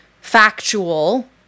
factual